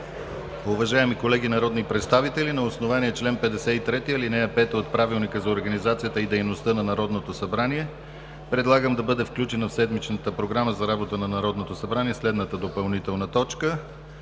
Уважаеми колеги народни представители, на основание чл. 53, ал. 5 от Правилника за организацията и дейността на Народното събрание предлагам да бъде включена в седмичната програма за работата на Народното събрание следната допълнителна точка: